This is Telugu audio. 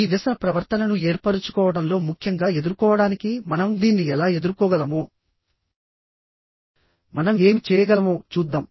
ఈ వ్యసన ప్రవర్తనను ఏర్పరుచుకోవడంలో ముఖ్యంగా ఎదుర్కోవడానికి మనం దీన్ని ఎలా ఎదుర్కోగలమో మనం ఏమి చేయగలమో చూద్దాం